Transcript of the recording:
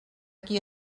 qui